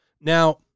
Now